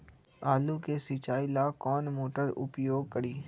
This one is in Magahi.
आलू के सिंचाई ला कौन मोटर उपयोग करी?